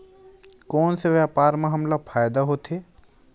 कोन से व्यापार म हमला फ़ायदा होथे?